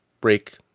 break